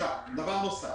לא כל